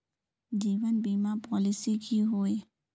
जीवन बीमा पॉलिसी की होय?